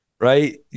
right